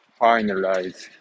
finalize